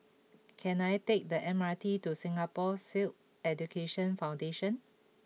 can I take the M R T to Singapore Sikh Education Foundation